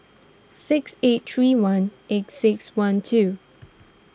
six eight three one eight six one two